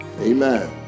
Amen